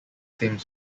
same